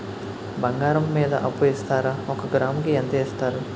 బంగారం మీద అప్పు ఇస్తారా? ఒక గ్రాము కి ఎంత ఇస్తారు?